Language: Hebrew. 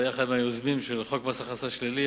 הוא היה אחד מהיוזמים של חוק מס הכנסה שלילי,